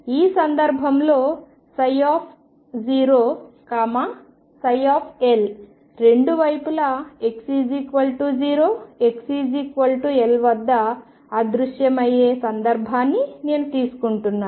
ఈ సందర్భంలో 0 L రెండు వైపులా x0 xL వద్ద అదృశ్యమయ్యే సందర్భాన్ని నేను తీసుకుంటున్నాను